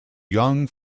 young